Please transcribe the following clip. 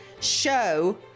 show